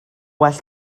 well